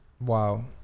Wow